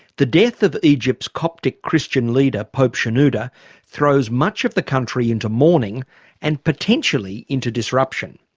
the death of egypt's coptic christian leader pope shenouda throws much of the country into mourning and potentially into disruption.